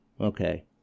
okay